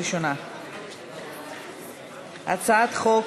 הצעת חוק